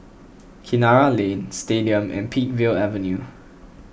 Kinara Lane Stadium and Peakville Avenue